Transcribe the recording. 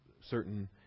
certain